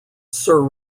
sir